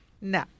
No